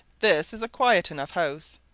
this is a quiet enough house,